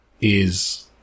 is-